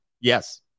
Yes